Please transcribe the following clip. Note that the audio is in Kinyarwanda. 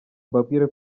mbabwire